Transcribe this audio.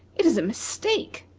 it is a mistake!